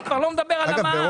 אני כבר לא מדבר על המע"מ.